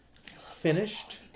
finished